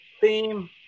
theme